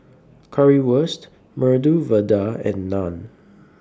Currywurst Medu Vada and Naan